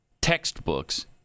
textbooks